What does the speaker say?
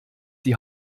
die